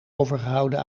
overgehouden